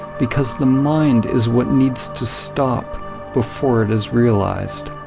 because the mind is what needs to stop before it is realized.